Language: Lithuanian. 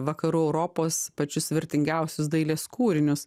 vakarų europos pačius vertingiausius dailės kūrinius